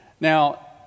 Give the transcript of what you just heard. Now